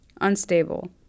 Unstable